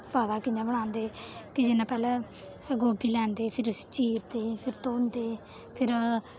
पता कि'यां बनांदे कि जि'यां पैह्लें गोभी लैंदे फिर उस्सी चीरदे फिर धोंदे फिर